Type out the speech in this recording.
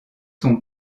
sont